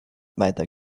weiter